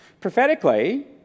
Prophetically